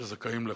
שזכאים לכך.